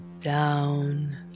down